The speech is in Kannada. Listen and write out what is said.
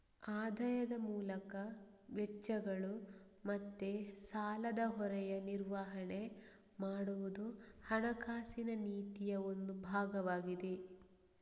ಆದಾಯದ ಮೂಲಕ ವೆಚ್ಚಗಳು ಮತ್ತೆ ಸಾಲದ ಹೊರೆಯ ನಿರ್ವಹಣೆ ಮಾಡುದು ಹಣಕಾಸಿನ ನೀತಿಯ ಒಂದು ಭಾಗವಾಗಿದೆ